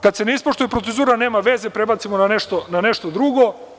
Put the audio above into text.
Kada se ne ispoštuje procedura, nema veze, prebacimo na nešto drugo.